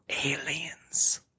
aliens